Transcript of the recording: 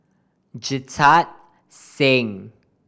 Jita Singh